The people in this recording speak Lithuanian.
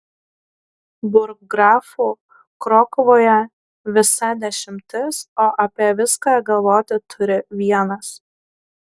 burggrafų krokuvoje visa dešimtis o apie viską galvoti turi vienas